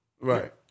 Right